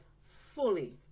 fully